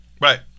Right